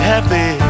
Happy